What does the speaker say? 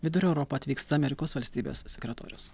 vidurio europą atvyksta amerikos valstybės sekretorius